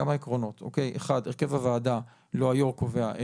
כמה עקרונות: הרכב הוועדה לא היו"ר קובע,